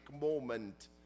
moment